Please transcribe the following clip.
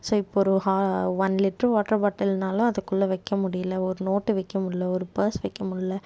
so இப்போ ஒரு ஹா ஒன் லிட்ரு வாட்டர் பாட்டில்னாலும் அதுக்குள்ளே வைக்க முடியிலை ஒரு நோட்டு வைக்க முடில ஒரு பர்ஸ் வைக்க முடில